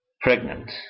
pregnant